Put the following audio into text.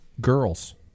girls